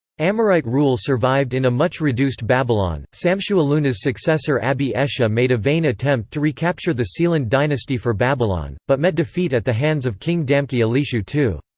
amorite rule survived in a much reduced babylon, samshu-iluna's successor abi-eshuh made a vain attempt to recapture the sealand dynasty for babylon, but met defeat at the hands of king damqi-ilishu ii.